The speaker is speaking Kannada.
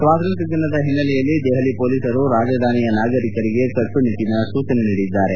ಸ್ನಾತಂತ್ರ್ನ ದಿನದ ಓನ್ನೆಲೆಯಲ್ಲಿ ದೆಪಲಿ ಮೊಲೀಸರು ರಾಜಧಾನಿಯ ನಾಗರಿಕರಿಗೆ ಕಟ್ಟೇಜ್ನರ ಸೂಜನೆ ನೀಡಿದ್ದಾರೆ